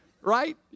right